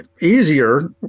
easier